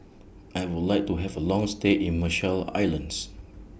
I Would like to Have A Long stay in Marshall Islands